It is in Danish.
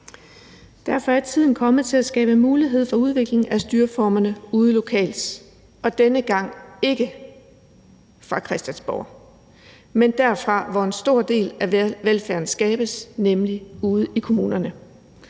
Derfor er tiden kommet til at skabe mulighed for udvikling af styreformerne ude lokalt, og denne gang ikke fra Christiansborg, men derfra, hvor en stor del af velfærden skabes, nemlig ude i kommunerne.